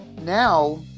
now